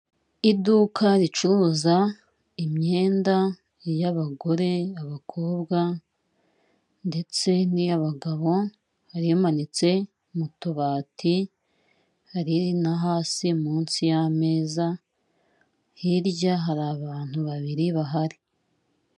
Iduka ricuruza imyenda y'abagore, abakobwa ndetse n'iy'abagabo, hari imanitse mu tubati, hari no hasi munsi y'ameza, hirya hari abantu babiri bahari.